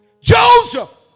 Joseph